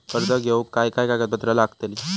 कर्ज घेऊक काय काय कागदपत्र लागतली?